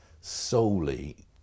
solely